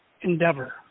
endeavor